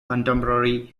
contemporary